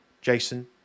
Jason